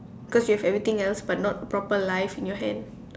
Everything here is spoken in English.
cause you have everything else but not proper life in your hand